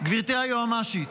גברתי היועמ"שית,